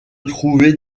trouver